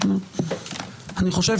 אני חושב